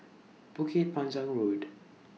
Bukit Panjang Road